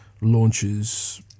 launches